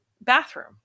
bathroom